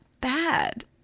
bad